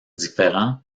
différents